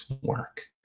work